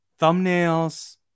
thumbnails